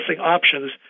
options